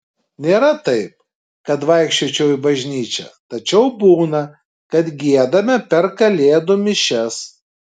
nėra taip kad vaikščiočiau į bažnyčią tačiau būna kad giedame per kalėdų mišias